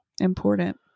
Important